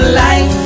life